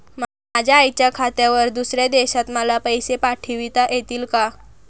माझ्या आईच्या खात्यावर दुसऱ्या देशात मला पैसे पाठविता येतील का?